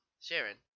Sharon